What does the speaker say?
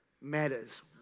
matters